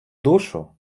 душу